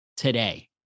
today